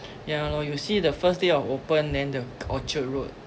ya lor you see the first day of open then the orchard road